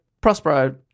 Prospero